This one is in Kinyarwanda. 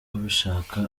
ubishaka